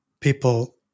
people